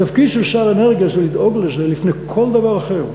התפקיד של שר האנרגיה זה לדאוג, לפני כל דבר אחר,